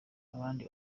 abandi